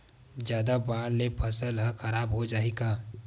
जादा बाढ़ से फसल ह खराब हो जाहि का?